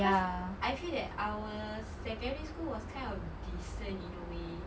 cause I feel that our secondary school was kind of decent in a way